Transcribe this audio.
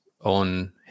on